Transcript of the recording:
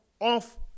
off